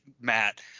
Matt